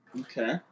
Okay